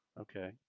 Okay